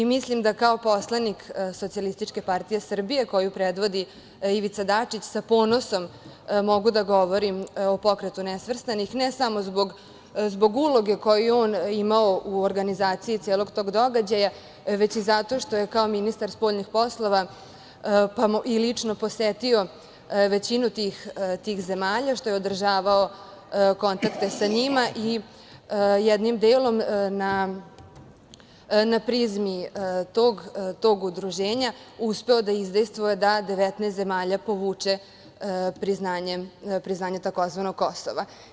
Mislim da kao poslanik SPS, koju predvodi Ivica Dačić, sa ponosom mogu da govorim o Pokretu nesvrstanih, ne samo zbog uloge koju je on imao u organizaciji celog tog događaja, već i zato što je kao ministar spoljnih poslova i lično posetio većinu tih zemalja, što je održavao kontakte sa njima i jednim delom na prizmi tog udruženja uspeo da izdejstvuje da 19 zemalja povuče priznanje tzv. Kosova.